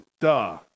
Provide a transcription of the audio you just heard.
duh